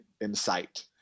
insight